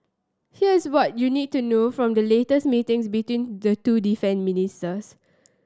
here's what you need to know from the latest meetings between the two defence ministers